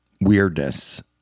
weirdness